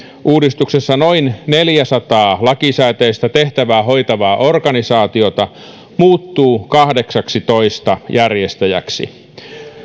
uudistuksessa noin neljäsataa lakisääteistä tehtävää hoitavaa organisaatiota muuttuu kahdeksaksitoista järjestäjäksi